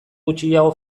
gutxiago